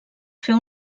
fer